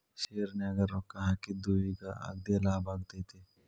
ಶೆರ್ನ್ಯಾಗ ರೊಕ್ಕಾ ಹಾಕಿದ್ದು ಈಗ್ ಅಗ್ದೇಲಾಭದಾಗೈತಿ